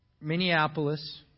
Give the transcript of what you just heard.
Minneapolis